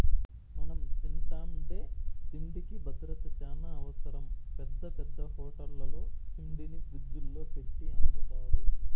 మనం తింటాండే తిండికి భద్రత చానా అవసరం, పెద్ద పెద్ద హోటళ్ళల్లో తిండిని ఫ్రిజ్జుల్లో పెట్టి అమ్ముతారు